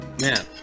Man